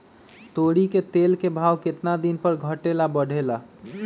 तोरी के तेल के भाव केतना दिन पर घटे ला बढ़े ला?